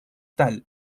tal